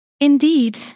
Indeed